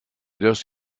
just